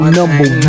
number